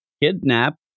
kidnapped